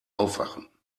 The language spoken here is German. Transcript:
aufwachen